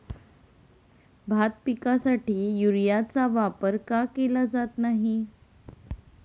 भात पिकासाठी युरियाचा वापर का केला जात नाही?